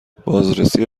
بازرسی